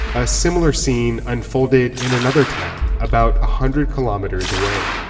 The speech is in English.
a similar scene unfolded in another town about a hundred kilometers away.